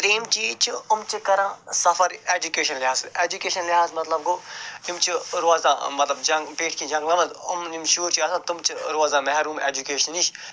ترٛیٚیِم چیٖز چھُ یِم چھِ کَران سفر ایجُوٗکیشن لٮ۪حاظہٕ ایجُوٗکیشن لٮ۪حاظ مطلب گوٚو تِم چھِ روزان مطلب جنٛگ پٮ۪ٹھۍ کِنۍ جنٛگلن منٛز یِمن یِم شُرۍ چھِ آسان تِم چھِ روزان محروٗم ایجُوٗکیشنہٕ نِش